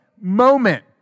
moment